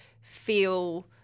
feel